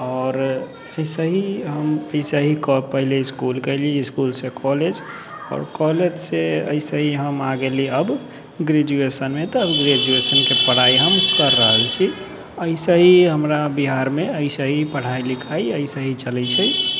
आओर ई सही हम ई सही कऽ पैली इसकुल कैली इसकुल से कॉलेज आओर कॉलेज से ऐसे हम आ गेली अब ग्रेजुएशनमे तऽ हम ग्रेजुएशनके पढ़ाइ हम कर रहल छी ऐसे ही हमरा बिहारमे सही पढ़ाइ लिखाइ ऐसे ही चलै छै